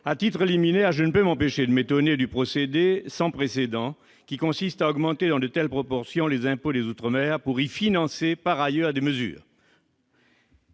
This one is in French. À titre liminaire, je ne peux m'empêcher de m'étonner du procédé sans précédent qui consiste à augmenter dans de telles proportions les impôts outre-mer pour y financer par ailleurs des mesures.